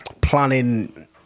planning